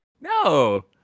No